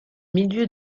milieu